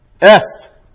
Est